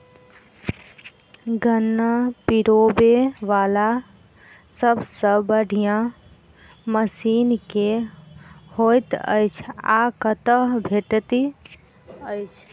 गन्ना पिरोबै वला सबसँ बढ़िया मशीन केँ होइत अछि आ कतह भेटति अछि?